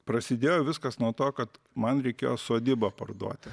prasidėjo viskas nuo to kad man reikėjo sodybą parduoti